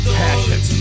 passion